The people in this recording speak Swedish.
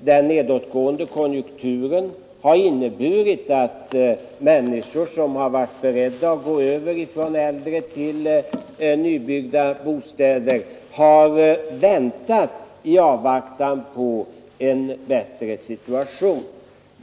den nedåtgående konjunkturen har inneburit att människor som i och för sig varit beredda att byta från äldre till nybyggda bostäder har avvaktat en bättre situation.